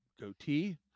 goatee